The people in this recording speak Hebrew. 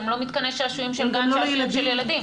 הן לא מתקני שעשועים של גן שעשועים של ילדים.